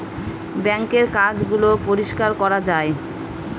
বাঙ্কের কাজ গুলো পরিষ্কার করা যায়